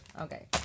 Okay